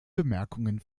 bemerkungen